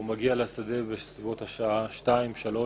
והוא מגיע לשדה בסביבות השעה 02:00 03:00,